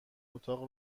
اتاق